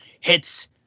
hits